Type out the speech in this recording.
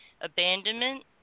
Abandonment